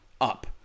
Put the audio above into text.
up